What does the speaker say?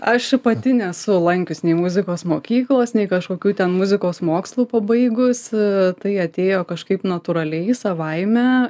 aš pati nesu lankius nei muzikos mokyklos nei kažkokių ten muzikos mokslų pabaigus e tai atėjo kažkaip natūraliai savaime